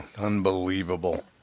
Unbelievable